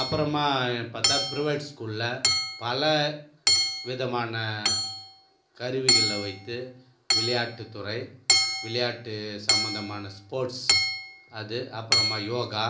அப்புறமா பார்த்தா பிரைவேட் ஸ்கூலில் பலவிதமான கருவிகளை வைத்து விளையாட்டுத்துறை விளையாட்டு சம்பந்தமான ஸ்போர்ட்ஸ் அது அப்புறமா யோகா